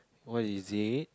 what is it